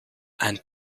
and